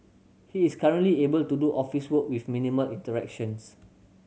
he is currently able to do office work with minimal interactions